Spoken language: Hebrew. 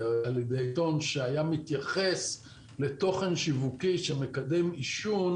עיתון שהיה מתייחס לתוכן שיווקי שמקדם עישון